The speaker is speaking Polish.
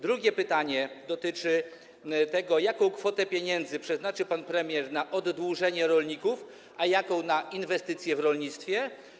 Drugie pytanie dotyczy tego, jaką kwotę pieniędzy przeznaczy pan premier na oddłużenie rolników, a jaką na inwestycje w rolnictwie.